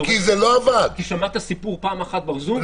כי שמעת סיפור פעם אחת בזום?